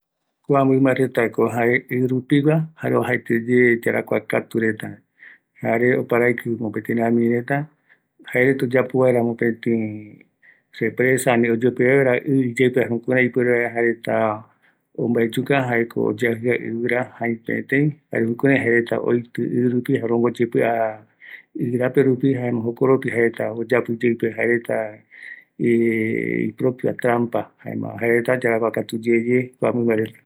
Kua anguya ɨ rupigua reta, oajaeteyeye, oikatu oyapo kïrai oipɨ vaera jembia reta, jare imbaepuere oyagɨa vaera ɨvɨrareta jäipe, oyopia vaera ɨ, jukurai oipɨ vaera jevae